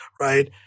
right